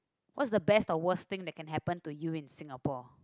what the best or worst thing that can happen to you in Singapore